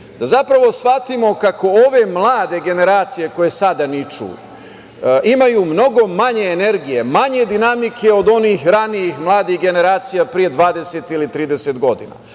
da zapravo shvatimo kako ove mlade generacije koje sada niču, imaju mnogo manje energije, manje dinamike od onih ranijih mladih generacija pre 20 ili 30 godina. Možda